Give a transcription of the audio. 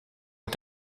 est